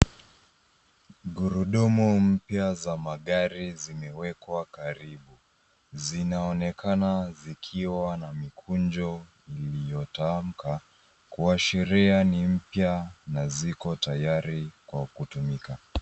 Gurudumu mpya za zimwekwa karibu, zinaonekana zikiwa na mikunjo iliyotamka, kuashiria ni mpya na ziko tayari kwa kutumika.